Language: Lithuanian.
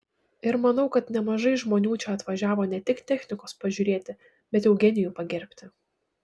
ir manau kad nemažai žmonių čia atvažiavo ne tik technikos pažiūrėti bet eugenijų pagerbti